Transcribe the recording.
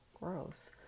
gross